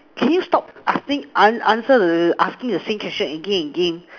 can you stop asking an~ answer the asking the same question again and again